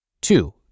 Two